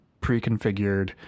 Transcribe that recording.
pre-configured